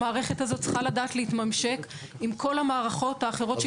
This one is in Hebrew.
המערכת הזאת צריכה לדעת להתממשק עם כל המערכות האחרות שקיימות בבנק.